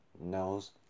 Knows